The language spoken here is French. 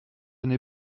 n’ai